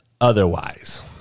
otherwise